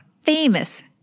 famous